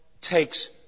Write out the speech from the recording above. takes